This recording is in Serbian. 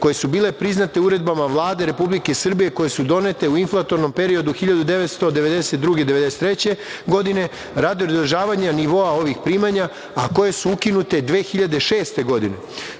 koje su bile priznate uredbama Vlade Republike Srbije koje su donete u inflatornom periodu 1992. i 1993. godine, radi održavanja nivoa ovih primanja, a koje su ukinute 2006. godine. Povećan